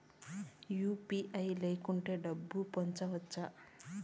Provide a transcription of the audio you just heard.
UPI లేకుండా డబ్బు పంపొచ్చా